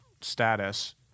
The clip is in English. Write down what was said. status